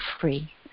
free